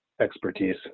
expertise